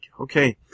okay